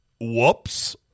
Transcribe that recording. Whoops